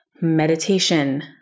meditation